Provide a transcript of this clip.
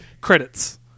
credits